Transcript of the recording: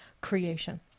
creation